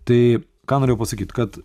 tai ką norėjau pasakyt kad